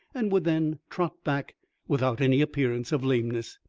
and would then trot back without any appearance of lameness.